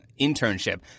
internship